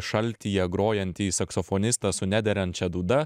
šaltyje grojantį saksofonistą su nederančia dūda